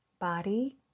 body